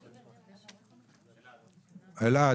אלעד,